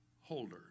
holder